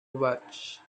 watched